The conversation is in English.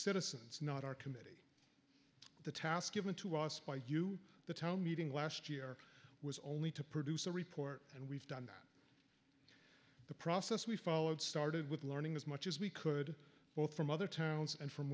citizens not our committee the task given to us by you the town meeting last year was only to produce a report and we've done the process we followed started with learning as much as we could both from other towns and from